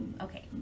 okay